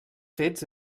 fets